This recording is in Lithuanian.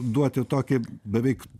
duoti tokį beveik